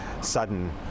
sudden